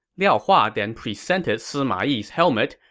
liao hua then presented sima yi's helmet,